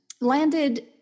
landed